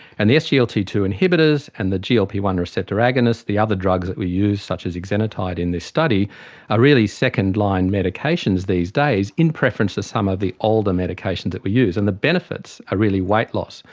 and the s g l t two inhibitors and the g l p one receptor agonists, the other drugs that we use such as exenatide in this study are really second-line medications these days in preference to some of the older medications that we use, and the benefits are really weight loss.